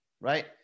right